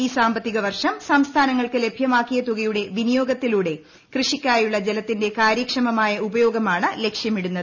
ഈ സാമ്പത്തിക വർഷം സംസ്ഥാനങ്ങൾക്ക് ലഭ്യമാക്കിയിട്ടതുകയുടെ വിനിയോഗത്തിലൂടെ കൃഷിക്കായുളള ജലത്തിരിൻു കാര്യക്ഷമമായ ഉപയോഗമാണ് ലക്ഷ്യമിടുന്നത്